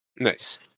Nice